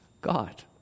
God